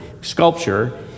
sculpture